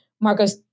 Marcos